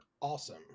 awesome